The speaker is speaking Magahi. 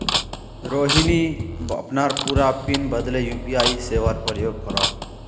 रोहिणी अपनार पूरा पिन बदले यू.पी.आई सेवार प्रयोग करोह